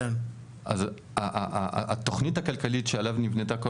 כל התכנית הכלכלית שנבנתה,